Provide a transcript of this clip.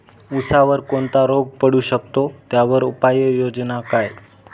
ऊसावर कोणता रोग पडू शकतो, त्यावर उपाययोजना काय?